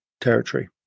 territory